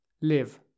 live